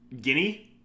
Guinea